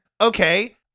Okay